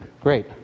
Great